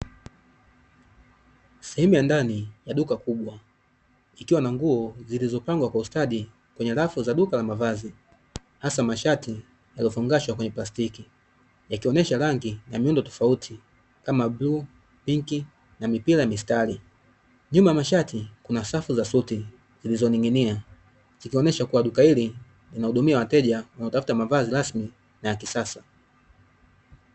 Sehemu ya ndani ya duka kubwa ikiwa na nguo zilizopangwa kwa ustadi kwenye rafu za duka la mavazi hasa mashati yaliyofungashwa kwenye plastiki, yakionesha rangi na miundo tofauti kama bluu, pinki na mipira ya mistari, nyuma ya mashati kuna shatu za suti zilizoning'inia ikionesha duka hili linahudumia wateja wanaotafuta mavazi rasmi na ya kisasa.